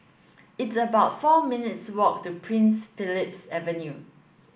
it's about four minutes' walk to Prince Philip Avenue